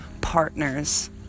partners